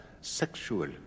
sexual